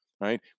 right